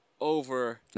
over